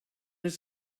his